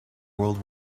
world